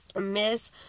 Miss